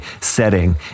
setting